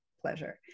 pleasure